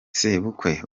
sebukwe